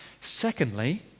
secondly